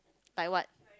like what